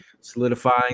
solidifying